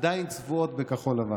עדיין צבועות בכחול-לבן,